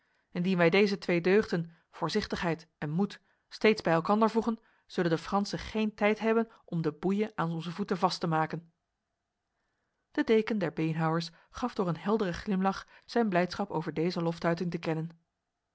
indien wij deze twee deugden voorzichtigheid en moed steeds bij elkander voegen zullen de fransen geen tijd hebben om de boeien aan onze voeten vast te maken de deken der beenhouwers gaf door een heldere glimlach zijn blijdschap over deze loftuiting te kennen